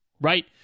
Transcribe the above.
Right